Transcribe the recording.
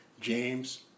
James